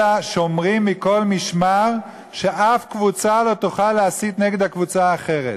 אלא שומרים מכל משמר שאף קבוצה לא תוכל להסית נגד הקבוצה האחרת.